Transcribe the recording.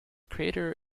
crater